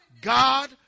God